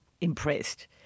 Impressed